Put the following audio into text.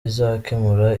izakemura